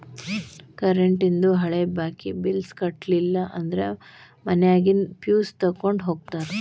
ಕರೆಂಟೇಂದು ಹಳೆ ಬಾಕಿ ಬಿಲ್ಸ್ ಕಟ್ಟಲಿಲ್ಲ ಅಂದ್ರ ಮನ್ಯಾಗಿನ್ ಫ್ಯೂಸ್ ತೊಕ್ಕೊಂಡ್ ಹೋಗ್ತಾರಾ